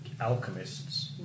Alchemists